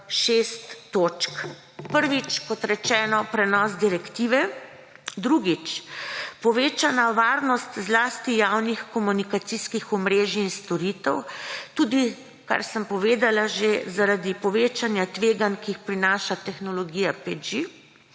šest točk. Prvič, kot rečeno, prenos direktive; drugič, povečana varnost zlasti javnih komunikacijskih omrežij in storitev, tudi, kar sem povedala že, zaradi povečanja tveganj, ki jih prinaša tehnologija 5G.